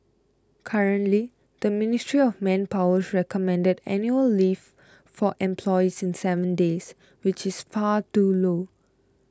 currently the Ministry of Manpower's recommended annual leave for employees is seven days which is far too low